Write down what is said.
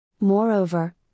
Moreover